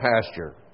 pasture